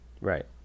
Right